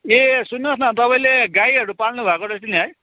ए सुन्नुहोस् न तपाईँले गाईहरू पाल्नु भएको रहेछ नि है